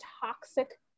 toxic